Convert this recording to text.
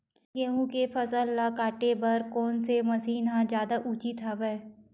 गेहूं के फसल ल काटे बर कोन से मशीन ह जादा उचित हवय?